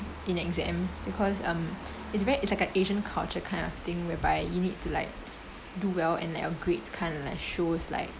in exams because um it's very it's like a asian culture kind of thing whereby you need to like do well and like your grades kind of like shows like